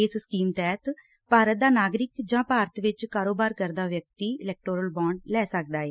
ਇਸ ਸਕੀਮ ਤਹਿਤ ਭਾਰਤ ਦਾ ਨਾਗਰਿਕ ਜਾਂ ਭਾਰਤ ਵਿਚ ਕਾਰੋਬਾਰ ਕਰਦਾ ਵਿਅਕਤੀ ਇਲਕਟੋਰਲ ਬਾਂਡ ਲੈ ਸਕਦੈ